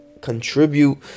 contribute